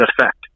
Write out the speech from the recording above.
effect